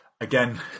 again